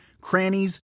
crannies